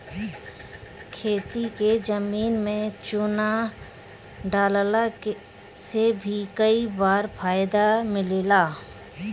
खेती के जमीन में चूना डालला से भी कई बार फायदा मिलेला